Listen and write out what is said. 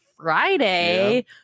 Friday